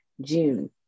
june